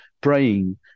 praying